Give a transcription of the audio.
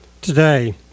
today